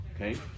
Okay